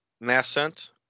nascent